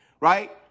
Right